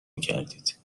میکردید